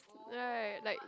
right like